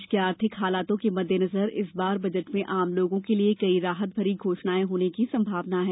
देश के आर्थिक हालातों के मद्देनजर इस बार बजट में आम लोगों के लिये कई राहत भरी घोषणाएं होने की संभावना है